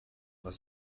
was